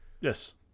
Yes